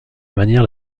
manière